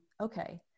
okay